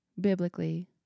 biblically